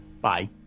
Bye